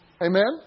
Amen